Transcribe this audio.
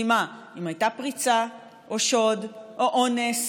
כי מה, אם היו פריצה או שוד, או אונס,